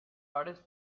hores